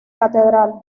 catedral